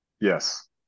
Yes